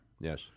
Yes